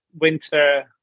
winter